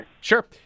Sure